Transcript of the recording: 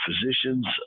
physicians